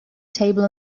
table